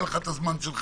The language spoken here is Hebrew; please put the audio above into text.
יהיה לך את הזמן שלך,